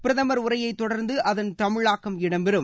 பிரதமர் உரையைத் தொடர்ந்து அதன் தமிழாக்கம் இடம் பெறும்